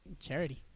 charity